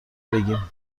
بگیم